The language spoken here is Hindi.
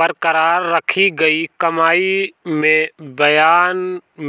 बरकरार रखी गई कमाई में बयान